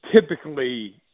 typically